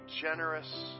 generous